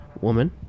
woman